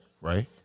right